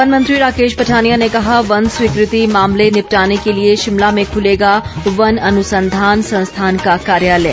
one मंत्री राकेश पठानिया ने कहा वन स्वीकृति मामले निपटाने के लिए शिमला में खुलेगा वन अनुसंधान संस्थान का कार्यालय